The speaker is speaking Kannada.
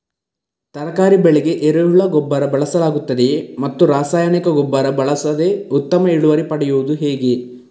ತರಕಾರಿ ಬೆಳೆಗೆ ಎರೆಹುಳ ಗೊಬ್ಬರ ಬಳಸಲಾಗುತ್ತದೆಯೇ ಮತ್ತು ರಾಸಾಯನಿಕ ಗೊಬ್ಬರ ಬಳಸದೆ ಉತ್ತಮ ಇಳುವರಿ ಪಡೆಯುವುದು ಹೇಗೆ?